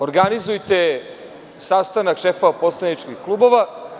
Organizujte sastanak šefova poslaničkih klubova.